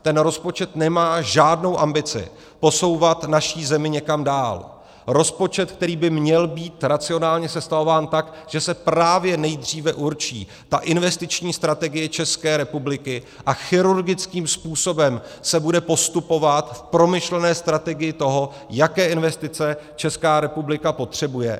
Ten rozpočet nemá žádnou ambici posouvat naši zemi někam dál, rozpočet, který by měl být racionálně sestavován tak, že se právě nejdříve určí ta investiční strategie České republiky a chirurgickým způsobem se bude postupovat v promyšlené strategii toho, jaké investice Česká republika potřebuje.